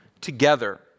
together